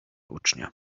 ucznia